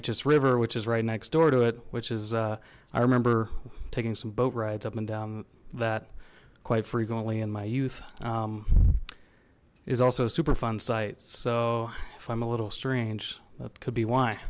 neches river which is right next door to it which is i remember taking some boat rides up and down that quite frequently in my youth is also superfund sites so if i'm a little strange that could be why